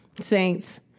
saints